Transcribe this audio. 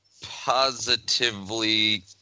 positively